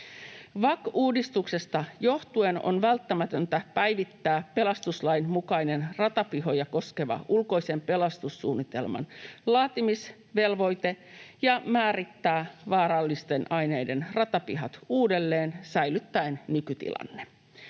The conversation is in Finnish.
VAK-uudistuksesta johtuen on välttämätöntä päivittää pelastuslain mukainen ratapihoja koskeva ulkoisen pelastussuunnitelman laatimisvelvoite ja määrittää vaarallisten aineiden ratapihat uudelleen säilyttäen nykytilanne.